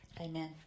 Amen